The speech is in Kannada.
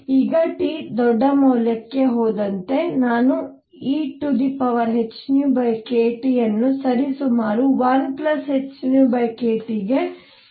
ಈಗ T ದೊಡ್ಡ ಮೌಲ್ಯಕ್ಕೆ ಹೋದಂತೆ ನಾನು ehνkT ಅನ್ನು ಸರಿಸುಮಾರು 1hνkT ಗೆ ಸಮಾನವಾಗಿ ಬರೆಯಬಹುದು